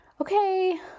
Okay